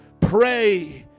Pray